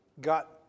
got